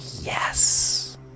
yes